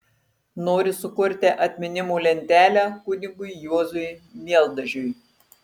nori sukurti atminimo lentelę kunigui juozui mieldažiui